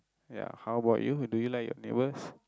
ya how about you do you like your neighbours